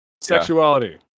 Sexuality